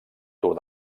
tour